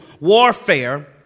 warfare